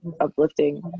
uplifting